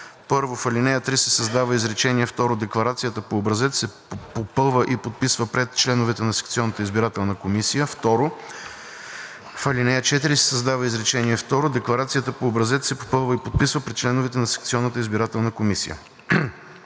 1. В ал. 3 се създава изречение второ: „Декларацията по образец се попълва и подписва пред членовете на секционната избирателна комисия.“. 2. В ал. 4 се създава изречение второ: „Декларацията по образец се попълва и подписва пред членовете на секционната избирателна комисия.“